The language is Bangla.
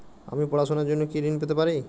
আমি পড়াশুনার জন্য কি ঋন পেতে পারি?